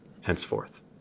henceforth